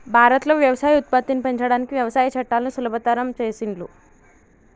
భారత్ లో వ్యవసాయ ఉత్పత్తిని పెంచడానికి వ్యవసాయ చట్టాలను సులభతరం చేసిండ్లు